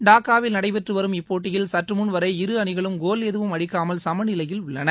டாக்காவில் நடைபெற்று வரும் இப்போட்டியில் சற்றுமுன்வரை இரு அணிகளும் கோல் எதுவும் அடிக்காமல் சமநிலையில் உள்ளன